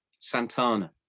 Santana